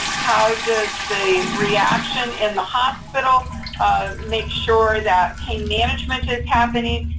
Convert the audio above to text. how does the reaction in the hospital make sure that pain management is happening,